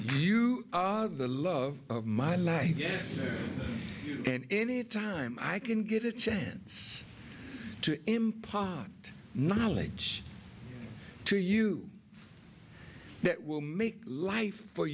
you are the love of my life and any time i can get a chance to impart knowledge to you that will make life for